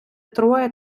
троє